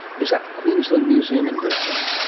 is at the queensland museum in brisbane